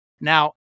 Now